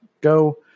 go